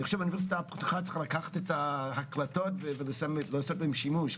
אני חושב שהאוניברסיטה הפתוחה צריכה לקחת את ההקלטות ולעשות בהן שימוש.